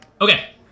Okay